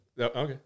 Okay